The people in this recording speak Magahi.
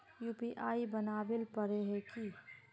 यु.पी.आई बनावेल पर है की?